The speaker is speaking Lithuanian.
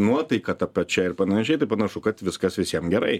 nuotaika ta pačia ir panašiai tai panašu kad viskas visiem gerai